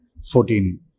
14